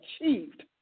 achieved